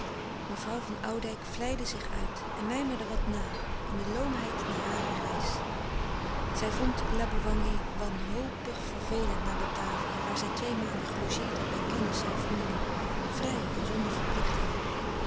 mevrouw van oudijck vlijde zich uit en mijmerde wat na in de loomheid na hare reis zij vond laboewangi wanhopig vervelend na batavia waar zij twee maanden gelogeerd had bij kennissen en familie vrij en zonder verplichtingen